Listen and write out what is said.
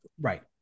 right